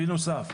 בנוסף,